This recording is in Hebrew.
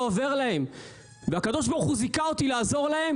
עובר להם והקדוש ברוך הוא זיכה אותי לעזור להם